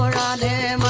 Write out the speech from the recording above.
um da da